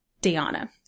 Diana